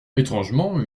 étrangement